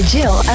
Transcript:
Jill